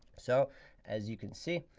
so as you can see,